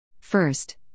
First